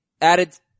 added